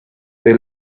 they